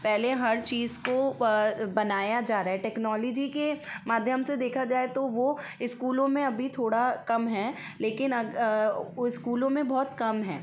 पहले हर चीज़ को बनाया जा रहा है टेक्नोलॉजी के माध्यम से देखा जाए तो वह इस्कूलो में अभी थोड़ा कम है लेकिन वह स्कूलो में बहुत कम है